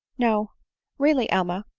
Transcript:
no really, emma,